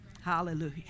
Hallelujah